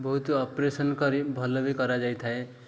ବହୁତ ଅପରେସନ୍ କରି ଭଲ ବି କରାଯାଇଥାଏ